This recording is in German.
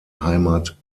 heimat